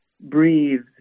breathe